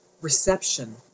reception